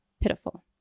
Pitiful